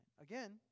Again